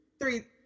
Three